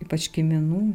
ypač kiminų